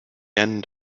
end